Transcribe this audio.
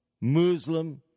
Muslim